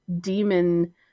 demon